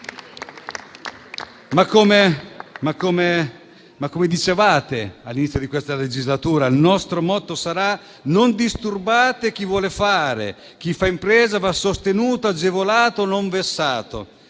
Come dicevate all'inizio di questa legislatura, il vostro motto sarà: non disturbate chi vuole fare, chi fa impresa va sostenuto e agevolato, non vessato.